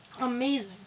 amazing